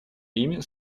ими